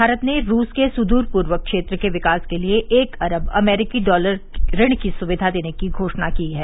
भारत ने रूस के सुद्र पूर्व क्षेत्र के विकास के लिए एक अरब अमरीकी डालर की ऋण सुविधा देने की घोषणा की है